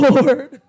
Lord